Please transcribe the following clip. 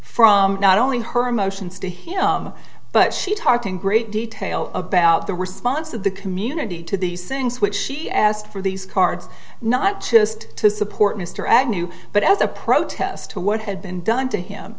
from not only her motions to him but she talked in great detail about the response of the community to these things which she asked for these cards not just to support mr agnew but as a protest to what had been done to him